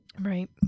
Right